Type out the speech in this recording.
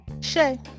shay